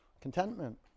contentment